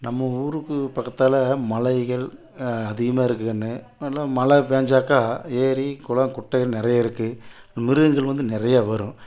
நம்ம ஊருக்கு பக்கத்தில் மலைகள் அதிகமாக இருக்குது கண்ணு நல்லா மழை பெஞ்சாக்கா ஏரி குளம் குட்டைகள் நிறைய இருக்குது மிருகங்கள் வந்து நிறையா வரும்